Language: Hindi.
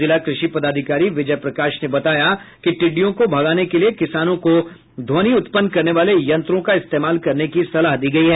जिला कृषि पदाधिकारी विजय प्रकाश ने बताया कि टिड्डियों को भगाने के लिए किसानों को ध्वनि उत्पन्न करने वाले यंत्रों का इस्तेमाल करने की सलाह दी गई है